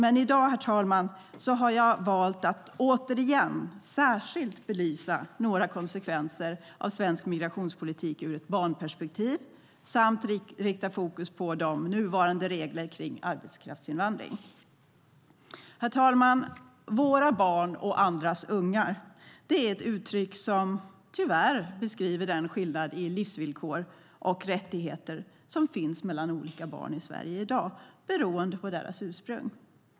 I dag har jag dock valt att återigen särskilt belysa några konsekvenser av svensk migrationspolitik ur ett barnperspektiv samt rikta fokus på de nuvarande reglerna kring arbetskraftsinvandring. Herr talman! Våra barn och andras ungar - det är ett uttryck som tyvärr beskriver den skillnad i livsvillkor och rättigheter som finns mellan olika barn i Sverige i dag beroende på deras ursprung.